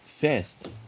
Fast